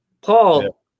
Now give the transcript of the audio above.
Paul